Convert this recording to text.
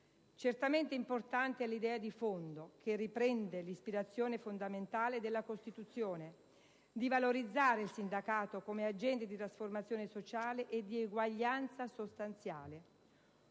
Certamente importante è l'idea di fondo, che riprende l'ispirazione fondamentale della Costituzione, di valorizzare il sindacato come agente di trasformazione sociale e di eguaglianza sostanziale.